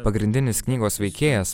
pagrindinis knygos veikėjas